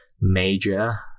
major